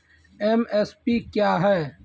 MSP क्या है?